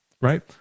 right